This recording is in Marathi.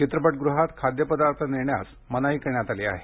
चित्रपटगृहात खाद्यपदार्थ नेण्यास मनाई करण्यात आली आहे